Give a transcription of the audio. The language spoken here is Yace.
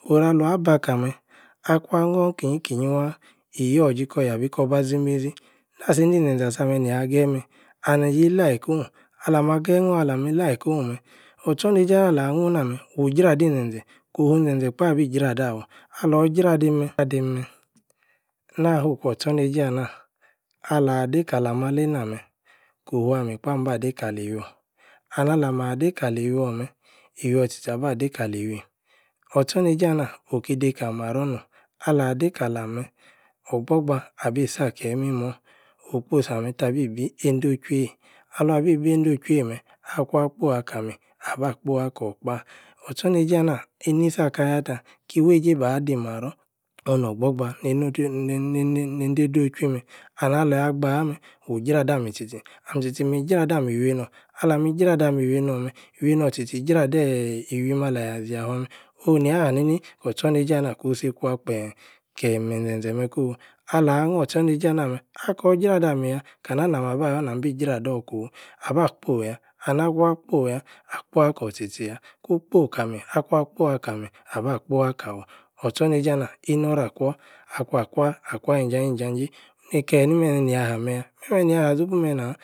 oru alua baka-meh. akwa-nhor nīkî-nyi-kī-nyi waaah. iyor-ji koyabi-kor-ba-Ʒi-meī-Ʒi. na-sa-en-di-nƷe-Ʒe asameh-nia-geyí meh,? ani-yi-like oooh alama-geyi-eahnor. alami-like-oh-meh. oc-tchor-neȳe-anah-alah-nwu na-meh. wu-j̄ra-di nƷe-Ʒe. kowu mi-Ʒen-Ʒe kpa. abí-j̄ra dawor. alor jra-dim-meh-meh. na-fu-ku. or-tchor-njeīje-anah. ala-deī-kalam ateīna meh. kowu amī-kpa ba-deī-kali-wui and alama deī kali-your meh. e-your-tchi-tchi aba-dei-kali-wuim. or-tchor-neīje-anah. oki-deī-kail-maror nom alah-dei kalam-meh. ogbogba abí-si-akeyi-emimor. okposi-ameh ta-bī endochwueiyí. aluan-bí-bi-endochui-ueyi meh. akuan kpose akami. aba-kpoi akor-kpa or-tcho-r-neije anah-inisi akayata. ki-weije-ba-di maror. onu-nor-gbogba neee endo-nee-nee-nee-dei-doh chwui-meh and aleyi-agba-ah-meh. wu-jradam tchi-tchi. ami-tchi-tchi. mi-jrada-mi-weinor alami ii-jrada-mi-wiei-nor-meh. i-wienor tchi-tchi i-jradeeeh iwūim ala-ya-Ʒīa Fua meh. onu nia nani-ni kor tchor neījē-anah kun-si-kwa kpeem keyi-meƷen-Ʒe-meh-koh. alahno-otchor-neīje anah meh. akor-jrada-ami-yah. kana-na-ma-ba-yor na-bi jrador-kofu? aba-kpo-yah and akuah akpoi-yah. akpoi-akor tchi-tchi-yah. kun kpo kami-akuan-kpoi akami,-aba-kpoi. akawor ortch-or-neīje na. inoror-akwa. ah-kwan-kwa. akwa-yi njajéi-nja-jei. neeh-keeeh-ni-meh-meh-niā-hameh Yah? meh-meh nīa-ha Ʒopu-meh!. nah!!